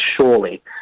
surely